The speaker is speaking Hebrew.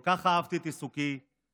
כל כך אהבתי את עיסוקי כמאמן.